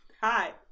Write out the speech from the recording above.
Hi